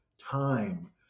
time